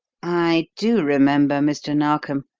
i do remember, mr. narkom,